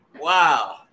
Wow